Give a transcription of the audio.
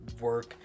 work